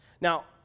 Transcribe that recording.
Now